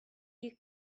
you